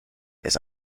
ist